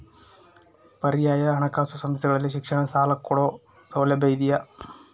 ಪರ್ಯಾಯ ಹಣಕಾಸು ಸಂಸ್ಥೆಗಳಲ್ಲಿ ಶಿಕ್ಷಣ ಸಾಲ ಕೊಡೋ ಸೌಲಭ್ಯ ಇದಿಯಾ?